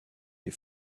des